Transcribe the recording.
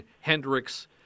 Hendricks